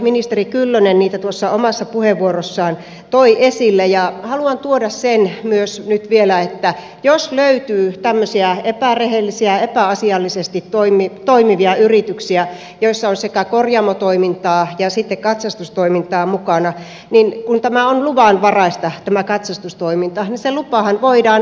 ministeri kyllönen niitä tuossa omassa puheenvuorossaan toi esille ja haluan tuoda nyt vielä myös sen että jos löytyy tämmöisiä epärehellisiä epäasiallisesti toimivia yrityksiä joissa on sekä korjaamotoimintaa että sitten katsastustoimintaa mukana niin kun tämä katsastustoiminta on luvanvaraista niin se lupahan voidaan ottaa pois